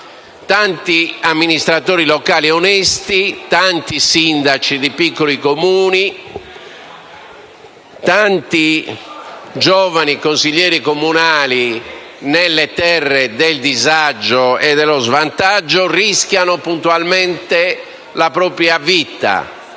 Tanti amministratori locali onesti, tanti sindaci di piccoli Comuni, tanti giovani consiglieri comunali, nelle terre del disagio e dello svantaggio, rischiano puntualmente la propria vita